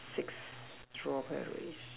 six strawberries